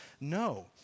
no